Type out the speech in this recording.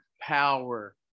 power